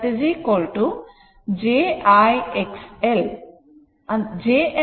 ಇದು VL j I XL j ಅಂದರೆ ಕೋನ 90 o ಆಗಿದೆ